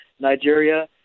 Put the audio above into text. Nigeria